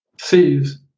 sees